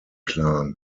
clan